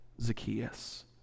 Zacchaeus